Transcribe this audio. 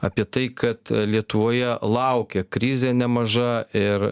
apie tai kad lietuvoje laukia krizė nemaža ir